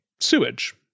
sewage